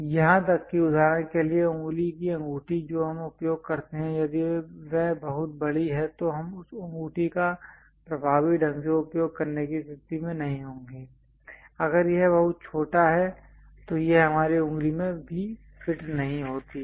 यहां तक कि उदाहरण के लिए उंगली की अंगूठी जो हम उपयोग करते हैं यदि वह बहुत बड़ी है तो हम उस अंगूठी का प्रभावी ढंग से उपयोग करने की स्थिति में नहीं होंगे अगर यह बहुत छोटा है तो यह हमारी उंगली में भी फिट नहीं होती है